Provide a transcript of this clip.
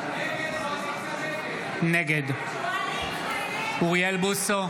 נגד אוריאל בוסו,